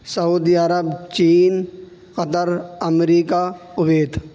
Saudi Arabia China Qatar America Kuwait